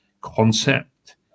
concept